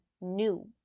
new